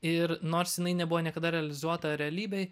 ir nors jinai nebuvo niekada realizuota realybėj